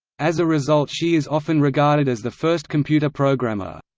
as a result she is often regarded as the first computer programmer.